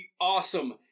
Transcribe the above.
awesome